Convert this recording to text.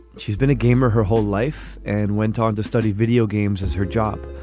she's been a gamer her whole life and went on to study video games as her job.